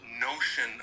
notion